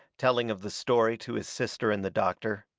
telling of the story to his sister and the doctor,